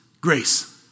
grace